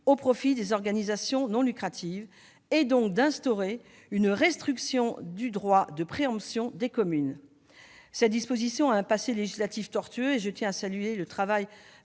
au profit des organisations non lucratives, et donc à instaurer une restriction du droit de préemption des communes. Cette disposition a un passé législatif tortueux, et je tiens à saluer le travail